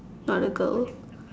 not a girl